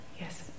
Yes